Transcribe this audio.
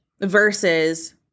versus